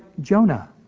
Jonah